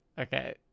Okay